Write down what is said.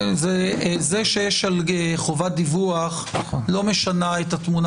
זה שיש חובת דיווח לא משנה את התמונה